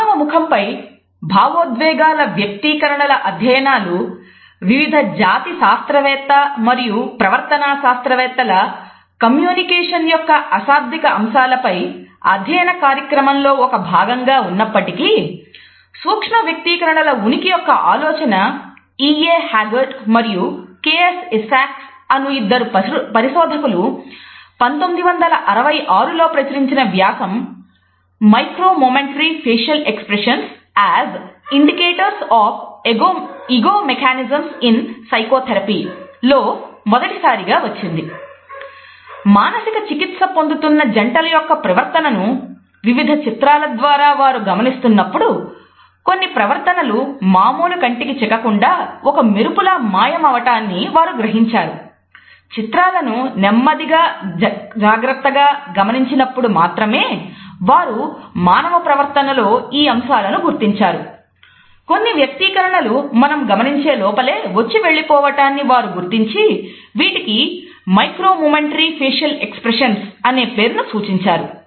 మానవ ముఖంపై భావోద్వేగాల వ్యక్తీకరణల అధ్యయనాలు వివిధ జాతి శాస్త్రవేత్త మరియు ప్రవర్తనా శాస్త్రవేత్తల కమ్యూనికేషన్ అనే పేరును సూచించారు